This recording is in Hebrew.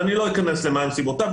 ולא אכנס מה הן סיבותיו.